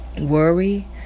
worry